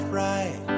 right